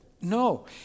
No